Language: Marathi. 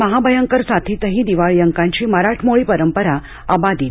महाभयंकर साथीतही दिवाळी अंकांची मराठमोळी परंपरा अबाधित